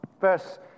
Verse